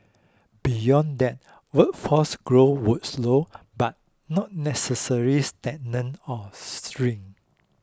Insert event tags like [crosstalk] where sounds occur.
beyond that workforce growth would slow but not necessary [unintelligible] or shrink